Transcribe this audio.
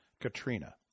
Katrina